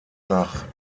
nach